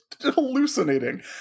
hallucinating